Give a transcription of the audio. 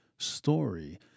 story